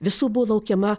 visų buvo laukiama